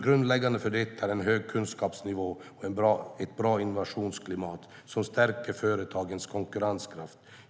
Grundläggande för detta är en hög kunskapsnivå och ett bra innovationsklimat som stärker företagens konkurrenskraft.